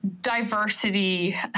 diversity